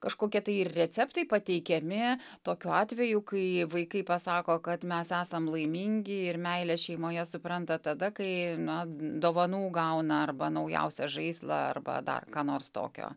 kažkokie tai receptai pateikiami tokiu atveju kai vaikai pasako kad mes esam laimingi ir meilę šeimoje supranta tada kai na dovanų gauna arba naujausią žaislą arba dar ką nors tokio